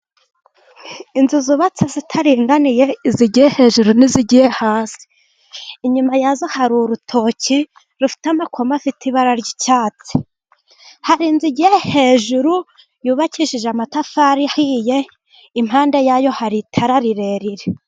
Inzu zubatse zitaringaniye, izigiye hejuru n'izigiye hasi, inyuma yazo hari urutoki rufite amakoma afite ibara ry'icyatsi. Hari inzu igiye hejuru, yubakishije amatafari ahiye, impande yayo hari itara rirerire.